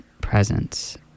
presence